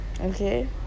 okay